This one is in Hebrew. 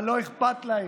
אבל לא אכפת להם.